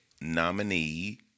Nominee